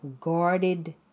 guarded